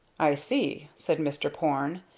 i see, said mr. porne.